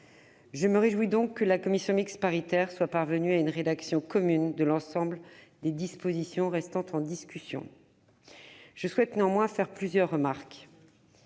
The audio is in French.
Je me réjouis donc que la commission mixte paritaire soit parvenue à une rédaction commune de l'ensemble des dispositions restant en discussion. Je souhaite néanmoins faire plusieurs remarques.